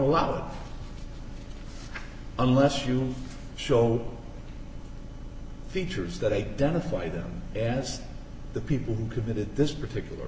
allow them unless you show features that identify them as the people who committed this particular